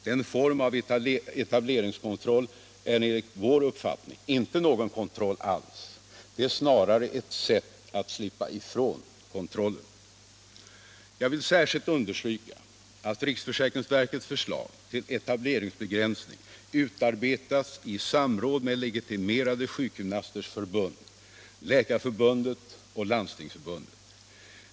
Den formen av etableringskontroll är enligt vår uppfattning inte någon kontroll alls. Det är snarare ett sätt att slippa ifrån kontrollen. Jag vill särskilt understryka att riksförsäkringsverkets förslag till etaberingsbegränsning utarbetats i samråd med Legitimerade sjukgymnasters riksförbund, Läkarförbundet och Landstingsförbundet.